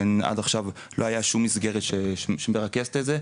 עד עכשיו לא הייתה שום מסגרת שמרכזת את זה,